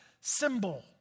symbol